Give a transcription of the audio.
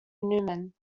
newman